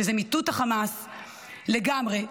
שזה מיטוט החמאס לגמרי,